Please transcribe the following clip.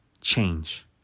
change